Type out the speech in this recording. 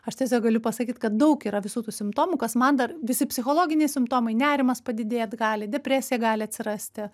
aš tiesiog galiu pasakyt kad daug yra visų tų simptomų kas man dar visi psichologiniai simptomai nerimas padidėt gali depresija gali atsirasti